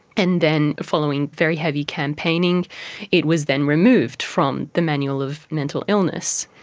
and then following very heavy campaigning it was then removed from the manual of mental illness.